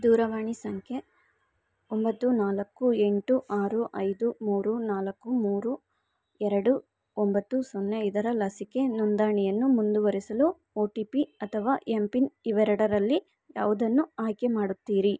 ದೂರವಾಣಿ ಸಂಖ್ಯೆ ಒಂಬತ್ತು ನಾಲ್ಕು ಎಂಟು ಆರು ಐದು ಮೂರು ನಾಲ್ಕು ಮೂರು ಎರಡು ಒಂಬತ್ತು ಸೊನ್ನೆ ಇದರ ಲಸಿಕೆ ನೊಂದಾಣಿಯನ್ನು ಮುಂದುವರಿಸಲು ಒ ಟಿ ಪಿ ಅಥವಾ ಎಂ ಪಿನ್ ಇವೆರಡರಲ್ಲಿ ಯಾವುದನ್ನು ಆಯ್ಕೆ ಮಾಡುತ್ತೀರಿ